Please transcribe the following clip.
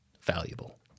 valuable